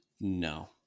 no